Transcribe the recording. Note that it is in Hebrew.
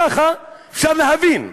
ככה אפשר להבין.